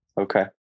Okay